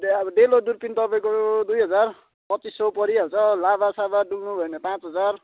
day अब डेलो दुर्पिन तपाईँको दुई हजार पच्चिस सय परिहाल्छ लाभासाभा डुल्नु भयो भने पाँच हजार